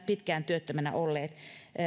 pitkään työttöminä olleet